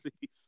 please